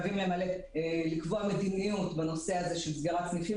הבנקים חייבים לקבוע מדיניות בנושא של סגירת סניפים